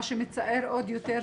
מה שמצער עוד יותר,